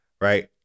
right